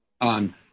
on